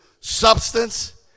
Substance